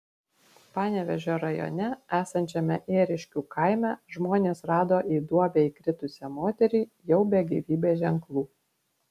panevėžio rajone esančiame ėriškių kaime žmonės rado į duobę įkritusią moterį jau be gyvybės ženklų